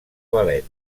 ballet